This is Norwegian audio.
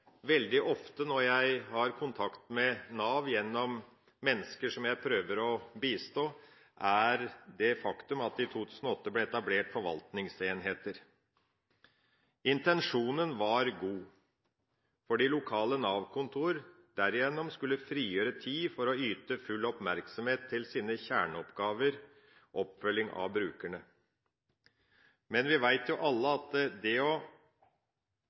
veldig ofte når jeg har kontakt med Nav gjennom mennesker som jeg prøver å bistå, er det faktum at det i 2008 ble etablert forvaltningsenheter. Intensjonen var god. De lokale Nav-kontorene skulle derigjennom frigjøre tid for å yte full oppmerksomhet til sine kjerneoppgaver – oppfølging av brukerne. Men vi vet jo alle at det å